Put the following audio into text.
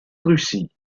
russie